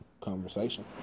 conversation